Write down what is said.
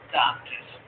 doctors